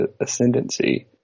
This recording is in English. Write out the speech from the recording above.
ascendancy